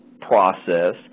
process